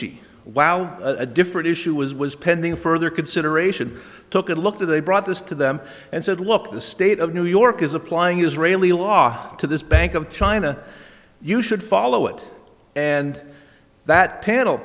wow a different issue was was pending further consideration took a look to they brought this to them and said look the state of new york is applying israeli law to this bank of china you should follow it and that panel